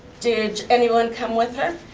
did anyone come with her?